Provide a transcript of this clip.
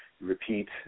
repeat